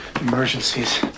Emergencies